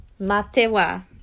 Matewa